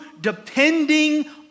depending